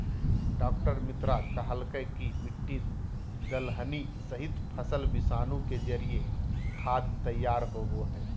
डॉ मित्रा कहलकय कि मिट्टी, दलहनी सहित, फसल विषाणु के जरिए खाद तैयार होबो हइ